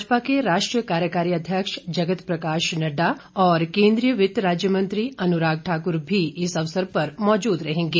भाजपा के राष्ट्रीय कार्यकारी अध्यक्ष जगत प्रकाश नड्डा और केंद्रीय वित्त राज्य मंत्री अनुराग ठाकुर भी इस अवसर पर मौजूद रहेंगे